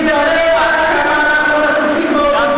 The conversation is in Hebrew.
מתברר עד כמה אנחנו נחוצים באופוזיציה.